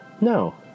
No